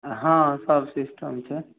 हँ सब सिस्टम छै